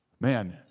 Man